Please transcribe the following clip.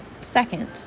second